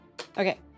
Okay